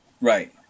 right